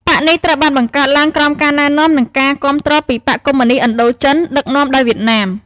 បក្សនេះត្រូវបានបង្កើតឡើងក្រោមការណែនាំ និងការគាំទ្រពីបក្សកុម្មុយនីស្តឥណ្ឌូចិន (ដឹកនាំដោយវៀតណាម)។